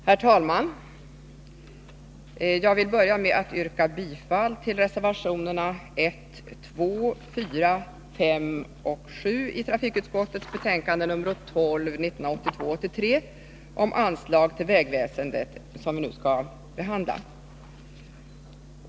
Herr talman! Jag vill börja med att yrka bifall till reservationerna 1, 2,4, 5 och 7 vid trafikutskottets betänkande nr 12 om anslag till vägväsendet som vi nu skall behandla.